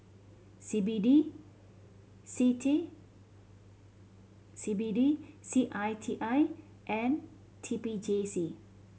C B D C T C B D C I T I and T P J C